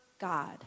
God